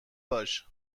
باش